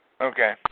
Okay